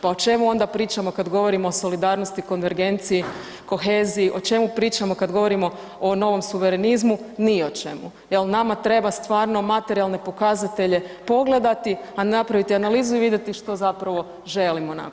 Pa o čemu onda pričamo kad govorimo o solidarnosti, konvergenciji, koheziji, o čemu pričamo kad govorimo o novom suverenizmu, ni o čemu jel nama treba stvarno materijalne pokazatelje pogledati, napraviti analizu i vidjeti što zapravo želimo napraviti.